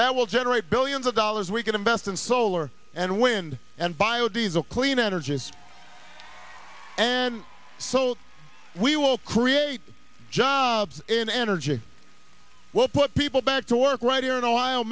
that will generate billions of dollars we can invest in solar and wind and bio diesel clean energy and so we will create jobs in energy we'll put people back to work right here in ohio